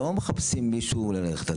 לא מחפשים מישהו ללכת.